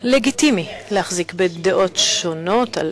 לגיטימי להחזיק בדעות שונות על